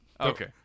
Okay